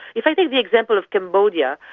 if i take the example of cambodia,